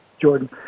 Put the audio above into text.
Jordan